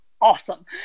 awesome